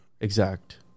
exact